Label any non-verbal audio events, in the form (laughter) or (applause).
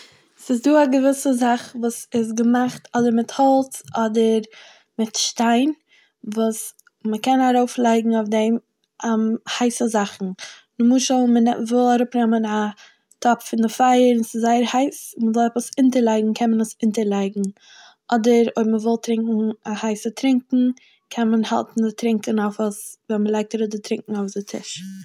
(noise) ס'איז דא א געוויסע זאך וואס איז געמאכט אדער מיט האלץ אדער מיט שטיין וואס מ'קען ארויפלייגן אויף דעם (hesitation) הייסע זאכן נמשל מ'נע- וואל אראפנעמען א טאפ פון די פייער וואס איז זייער הייס מ'וויל עפעס אינטערלייגן קען מען עס אינטערלייגן, אדער אויב מ'וויל טרינקן א הייסע טרינקן קען מען האלטן די טרינקן אויף עס ווען מ'לייגט אראפ די טרינקן אויף די טיש. (noise)